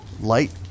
light